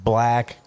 Black